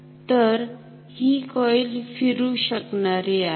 तर हि कॉईल फिरू शकणारी आहे